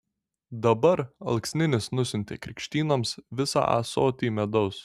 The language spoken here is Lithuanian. dabar alksninis nusiuntė krikštynoms visą ąsotį medaus